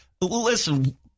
Listen